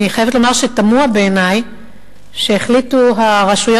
אני חייבת לומר שתמוה בעיני שהחליטו הרשויות